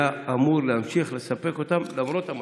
אמור להמשיך לספק אותם למרות המשבר,